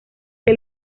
que